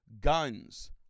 Guns